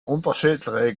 unterschiedliche